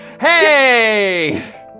Hey